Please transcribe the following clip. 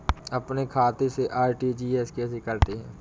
अपने खाते से आर.टी.जी.एस कैसे करते हैं?